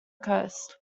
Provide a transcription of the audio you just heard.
coast